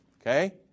Okay